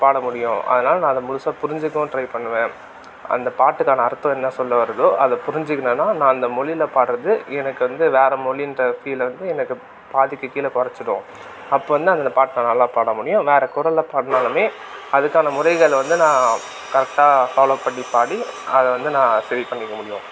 பாட முடியும் அதனால் நான் அதை முழுசா புரிஞ்சுக்கவும் ட்ரை பண்ணுவேன் அந்த பாட்டுக்கான அர்த்தம் என்ன சொல்ல வருதோ அதை புரிஞ்சுக்கினேன்னா நான் அந்த மொழில பாடுறது எனக்கு வந்து வேறு மொழின்ற ஃபீல் வந்து எனக்கு பாதிக்கு கீழே குறைச்சிடும் அப்போ வந்து தான் அந்த பாட்டை நல்லாப் பாட முடியும் வேறு குரலில் பாடினாலுமே அதுக்கான முறைகள் வந்து நான் கரெக்டாக ஃபாலோ பண்ணி பாடி அதை வந்து நான் சரி பண்ணிக்க முடியும்